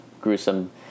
gruesome